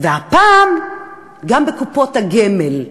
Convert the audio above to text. והפעם בקופות הגמל.